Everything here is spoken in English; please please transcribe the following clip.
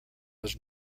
was